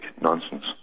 nonsense